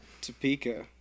Topeka